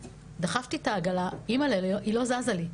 דחפתי את העגלה ואימאל'ה היא לא זזה לי.